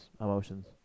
emotions